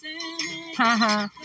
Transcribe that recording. Haha